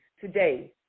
today